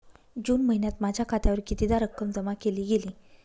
जून महिन्यात माझ्या खात्यावर कितीदा रक्कम जमा केली गेली?